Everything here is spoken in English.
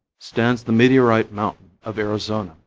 stands the meteorite mountain of arizona,